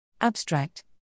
Abstract